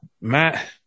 Matt